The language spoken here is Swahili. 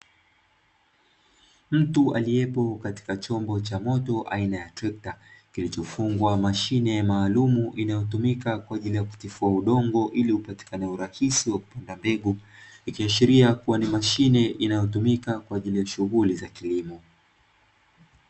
Mtu aliyepo katika chombo cha moto aina ya trekta, kilichofungwa mashine maalumu inayotumika kwa ajili ya kutifua udongo ili upatikane urahisi wa kupanda mbegu, ikiashiria kuwa ni mashine inayotumika kwa ajili ya shughuli za kilimo.